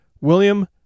William